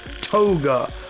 toga